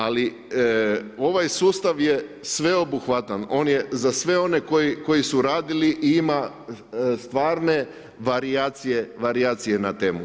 Ali, ovaj sustav je sveobuhvatan, on je za sve one koji su radili i ima stvarne varijacije na temu.